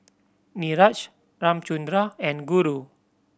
Niraj Ramchundra and Guru